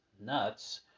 nuts